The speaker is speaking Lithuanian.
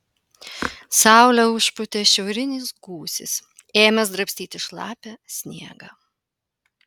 saulę užpūtė šiaurinis gūsis ėmęs drabstyti šlapią sniegą